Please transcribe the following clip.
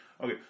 Okay